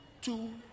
two